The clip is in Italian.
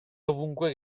ovunque